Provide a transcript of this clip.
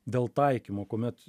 dėl taikymo kuomet